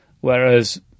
Whereas